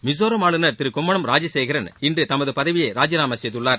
மிசோரம் ஆளுநர் திரு கும்மணம் ராஜசேகரன் இன்று தனது பதவியை ராஜினாமா செய்துள்ளார்